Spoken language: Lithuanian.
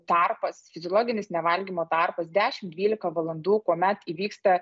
tarpas fiziologinis nevalgymo tarpas dešim dvylika valandų kuomet įvyksta